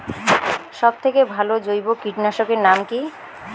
সব থেকে ভালো জৈব কীটনাশক এর নাম কি?